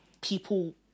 people